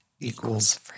equals